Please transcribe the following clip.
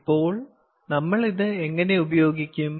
ഇപ്പോൾ നമ്മൾ ഇത് എങ്ങനെ ഉപയോഗിക്കും